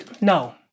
no